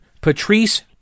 Patrice